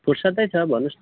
फुर्सतै छ भन्नुहोस् न